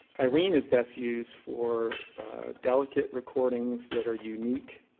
irene is best used for delicate recordings that are unique,